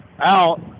out